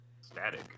Static